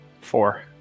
Four